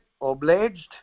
obliged